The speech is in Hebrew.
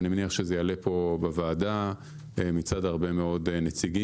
ואני מניח שזה יעלה פה בוועדה מצד הרבה מאוד נציגים,